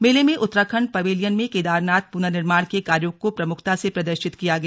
मेले में उत्तराखण्ड पवेलियन में केदारनाथ पुनर्निर्माण के कार्यों को प्रमुखता से प्रदर्शित किया गया